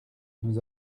nous